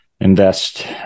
invest